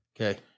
Okay